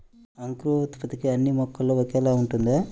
అంకురోత్పత్తి అన్నీ మొక్కలో ఒకేలా ఉంటుందా?